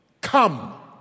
come